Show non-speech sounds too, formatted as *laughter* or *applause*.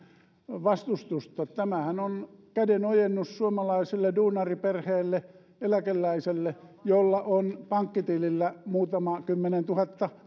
vastustusta tämähän on kädenojennus suomalaiselle duunariperheelle ja eläkeläiselle jolla on pankkitilillä muutama kymmenentuhatta *unintelligible*